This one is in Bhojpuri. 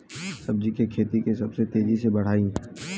सब्जी के खेती के कइसे तेजी से बढ़ाई?